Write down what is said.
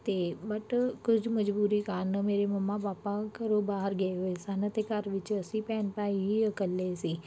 ਅਤੇ ਬਟ ਕੁਝ ਮਜਬੂਰੀ ਕਾਰਨ ਮੇਰੇ ਮੰਮਾ ਪਾਪਾ ਘਰੋਂ ਬਾਹਰ ਗਏ ਹੋਏ ਸਨ ਅਤੇ ਘਰ ਵਿੱਚ ਅਸੀਂ ਭੈਣ ਭਾਈ ਹੀ ਇਕੱਲੇ ਸੀ